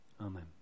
Amen